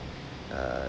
uh